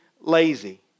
lazy